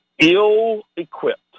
ill-equipped